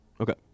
Okay